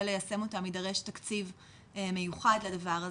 ליישם אותם יידרש תקציב מיוחד לדבר הזה,